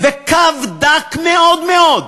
וקו דק מאוד מאוד,